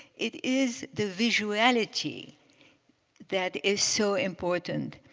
it is the visuality that is so important.